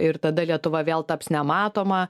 ir tada lietuva vėl taps nematoma